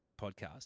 podcast